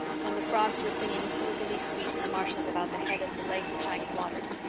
when the frogs were singing silverly sweet in the marshes about the head of the lake of shining waters,